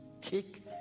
take